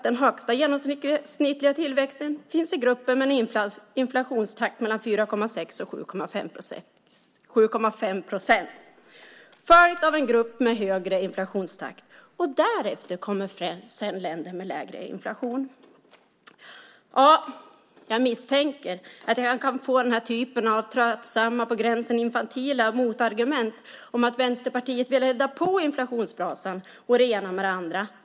Den högsta genomsnittliga tillväxten finns i gruppen med en inflationstakt på mellan 4,6 och 7,5 procent, följt av en grupp med högre inflationstakt. Därefter kommer länder med lägre inflation. Jag misstänker att jag kan få den där typen av tröttsamma på gränsen till infantila motargument som att Vänsterpartiet vill elda på inflationsbrasan och det ena med det andra.